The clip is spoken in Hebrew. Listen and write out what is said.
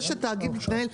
זה שהתאגיד מתנהג,